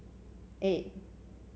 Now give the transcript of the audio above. eight